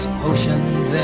potions